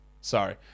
sorry